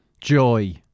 Joy